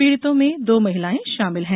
पीड़ितों में दो महिलाएं शामिल हैं